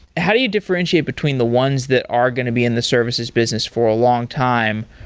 how do you differentiate between the ones that are going to be in the services business for a long time,